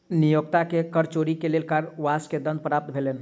नियोक्ता के कर चोरी के लेल कारावास के दंड प्राप्त भेलैन